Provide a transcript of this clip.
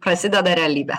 prasideda realybė